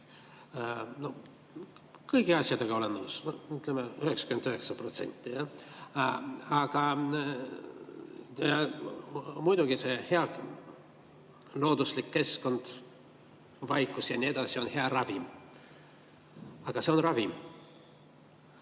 Kõigi asjadega olen nõus, no, ütleme, 99%. Muidugi, hea looduslik keskkond, vaikus ja nii edasi on hea ravim. Aga see on ravim.